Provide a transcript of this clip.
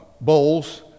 bowls